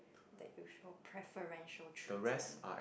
that you show preferential treatment